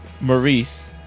Maurice